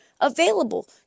available